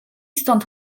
stąd